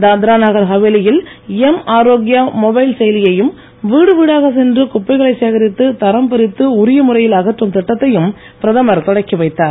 தாத்ரா நாகர் ஹவேலியில் M Arogya mobile செயலியையும் வீடு வீடாக சென்று குப்பைகளை சேகரித்து தரம் பிரித்து உரிய முறையில் அகற்றும் திட்டத்தையும் பிரதமர் தொடக்கி வைத்தார்